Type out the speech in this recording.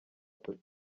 atatu